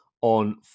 on